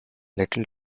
little